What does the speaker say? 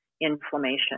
inflammation